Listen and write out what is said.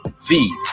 feed